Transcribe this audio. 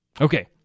Okay